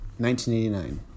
1989